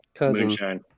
Moonshine